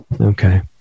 Okay